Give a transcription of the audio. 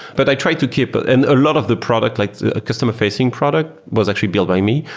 but i try to keep but and a lot of the product, like customer-facing product was actually built by me,